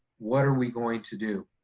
what are we going to do.